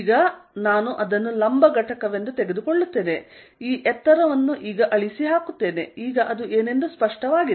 ಈಗ ನಾನು ಅದನ್ನು ಲಂಬ ಘಟಕವೆಂದು ತೆಗೆದುಕೊಳ್ಳುತ್ತೇನೆ ಈ ಎತ್ತರವನ್ನು ಈಗ ಅಳಿಸಿಹಾಕುತ್ತೇನೆ ಈಗ ಅದು ಏನೆಂದು ಸ್ಪಷ್ಟವಾಗಿದೆ